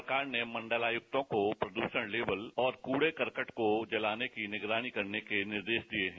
सरकार ने मंडलायुक्तों को प्रदूषण लेवल और कूड़े करकट को जलाने की निगरानी करने के निर्देश दिए हैं